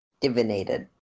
Divinated